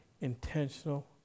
intentional